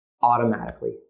automatically